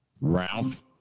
Ralph